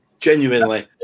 Genuinely